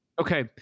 Okay